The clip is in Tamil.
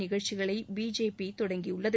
நிகழ்ச்சிகளை பிஜேபி தொடங்கியுள்ளது